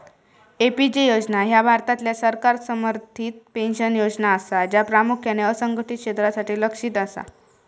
AP योजना ह्या भारतातल्या सरकार समर्थित पेन्शन योजना असा, ज्या प्रामुख्यान असंघटित क्षेत्रासाठी लक्ष्यित असा